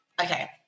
Okay